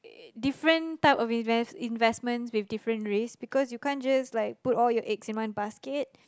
different type of invest investment with different race because you can't just like put all your eggs in one basket